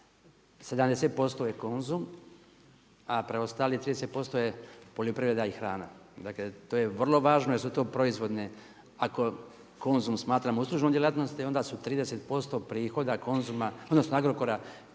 70% je Konzum, a preostalih 30% je poljoprivreda i hrana. Dakle to je vrlo važno jer su to proizvodne ako Konzum smatramo uslužnom djelatnosti, onda su 30% prihoda